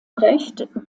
recht